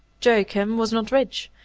joachim was not rich,